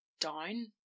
down